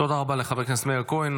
תודה רבה לחבר הכנסת מאיר כהן.